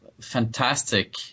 fantastic